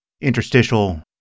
interstitial